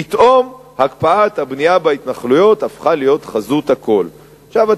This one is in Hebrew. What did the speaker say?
פתאום הקפאת הבנייה בהתנחלויות הפכה להיות חזות הכול.